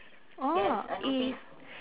orh i~